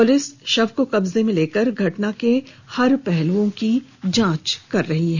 police शव को कब्जे में लेकर घटना के हर पहलुओं की जांच में जुट गई है